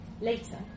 Later